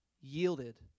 yielded